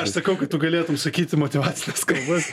aš sakau kad tu galėtum sakyti motyvacines kalbas